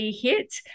hit